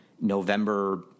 november